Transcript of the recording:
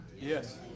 Yes